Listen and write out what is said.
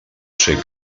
ser